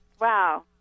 wow